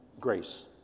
grace